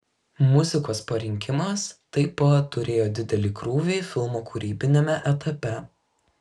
muzikos parinkimas taip pat turėjo didelį krūvį filmo kūrybiniame etape